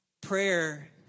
prayer